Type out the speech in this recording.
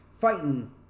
fighting